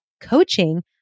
coaching